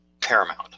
paramount